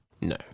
no